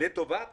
לטובת